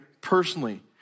personally